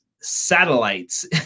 satellites